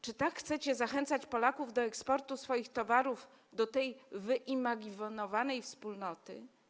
Czy tak chcecie zachęcać Polaków do eksportu swoich towarów do tej wyimaginowanej wspólnoty?